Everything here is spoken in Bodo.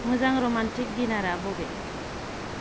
मोजां रमान्टिक दिनारा बबे